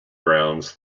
grounds